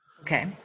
okay